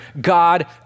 God